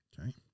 Okay